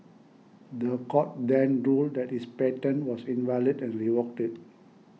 the court then ruled that his patent was invalid and revoked it